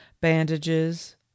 bandages